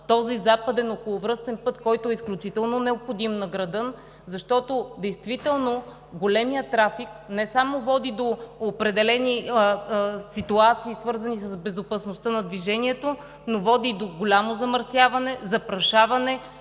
този западен околовръстен път, който е изключително необходим на града, защото големият трафик не само води до определени ситуации, свързани с безопасността на движението, но води до голямо замърсяване, запрашаване